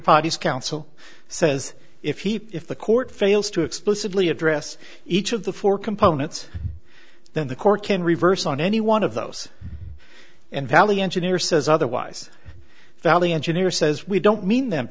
padi's counsel says if he if the court fails to explicitly address each of the four components then the court can reverse on any one of those and valley engineer says otherwise valley engineer says we don't mean them